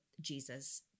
Jesus